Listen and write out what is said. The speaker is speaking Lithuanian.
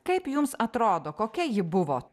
kaip jums atrodo kokia ji buvo